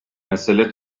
mesele